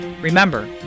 Remember